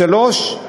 שלוש,